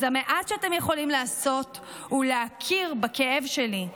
אז המעט שאתם יכולים לעשות הוא להכיר בכאב שלי.